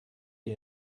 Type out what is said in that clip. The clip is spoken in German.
die